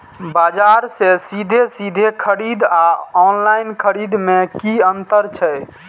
बजार से सीधे सीधे खरीद आर ऑनलाइन खरीद में की अंतर छै?